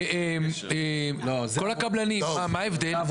כל הקבלנים, מה ההבדל?